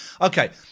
Okay